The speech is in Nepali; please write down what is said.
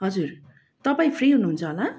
हजुर तपाईँ फ्री हुनुहुन्छ होला